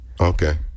Okay